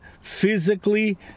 physically